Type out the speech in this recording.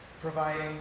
providing